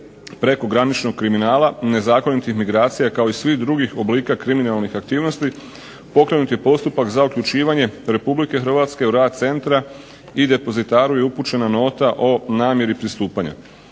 prekograničnog kriminala, nezakonitih imigracija kao i svih drugih oblika kriminalnih aktivnosti pokrenut je postupak za uključivanje Republike Hrvatske u rad centra i depozitaru je upućena nota o namjeri pristupanja.